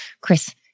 Chris